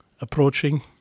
approaching